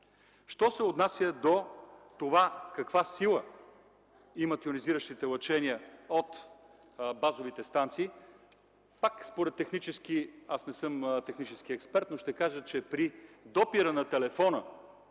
Що се отнася до това каква сила имат йонизиращите лъчения от базовите станции. Аз не съм технически експерт, но ще кажа, че при допира на телефона